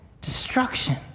destruction